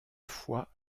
fois